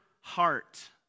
heart